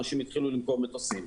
אנשים התחילו למכור מטוסים.